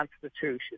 Constitution